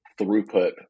throughput